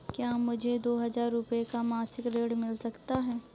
क्या मुझे दो हजार रूपए का मासिक ऋण मिल सकता है?